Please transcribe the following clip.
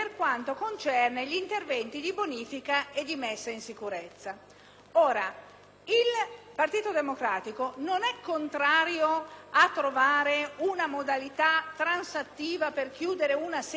Il Partito Democratico non è contrario a trovare una modalità transattiva per chiudere una serie di questioni che sono aperte, ma questo articolo è frettoloso